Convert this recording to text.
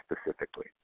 specifically